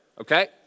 okay